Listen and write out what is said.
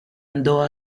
andò